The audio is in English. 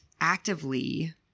actively